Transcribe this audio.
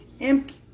empty